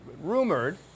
rumored